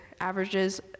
averages